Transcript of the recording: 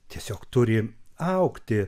tiesiog turi augti